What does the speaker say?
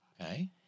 Okay